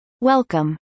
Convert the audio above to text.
welcome